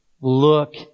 look